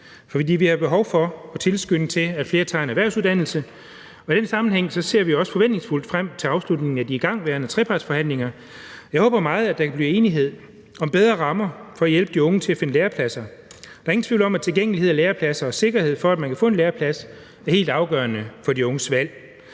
for vi har behov for at tilskynde til, at flere tager en erhvervsuddannelse. I den sammenhæng ser vi også forventningsfuld frem til afslutningen af de igangværende trepartsforhandlinger. Jeg håber meget, at der kan blive enighed om bedre rammer for at hjælpe de unge til at finde lærepladser. Der er ingen tvivl om, at tilgængelighed af lærepladser og sikkerhed for, at man kan få en læreplads, er helt afgørende for de unges valg.